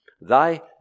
thy